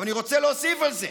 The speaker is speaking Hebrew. אבל אני רוצה להוסיף על זה: